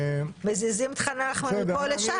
מזיזים את חאן אל-אחמר מפה לשם.